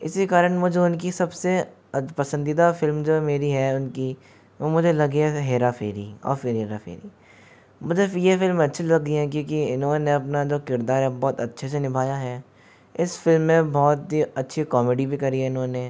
इसी कारण मुझे उनकी सबसे पसंदीदा फिल्म जो मेरी है उनकी वो मुझे लगी है हेरा फेरी और फिर हेरा फेरी मुझे यह फिल्म अच्छी लगी है क्योंकि इन्होंने अपना जो किरदार है बहुत अच्छे से निभाया है इस फिल्म में बहुत ही अच्छी कॉमेडी भी करी है इन्होंने